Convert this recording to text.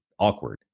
awkward